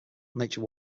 nature